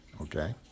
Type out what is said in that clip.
okay